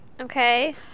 Okay